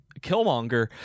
killmonger